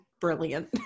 brilliant